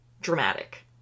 dramatic